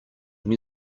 when